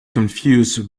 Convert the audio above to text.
confused